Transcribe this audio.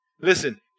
Listen